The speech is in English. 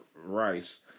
Rice